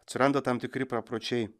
atsiranda tam tikri papročiai